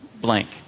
blank